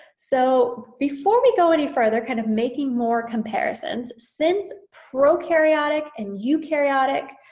so before we go any further kind of making more comparisons since prokaryotic and eukaryotic